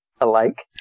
alike